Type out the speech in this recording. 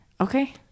okay